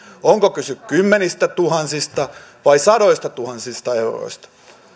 onko kyse kymmenistätuhansista vai sadoistatuhansista euroista